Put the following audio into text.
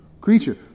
creature